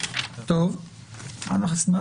בשעה